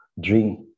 drink